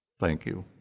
thank you.